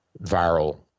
viral